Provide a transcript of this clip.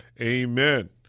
amen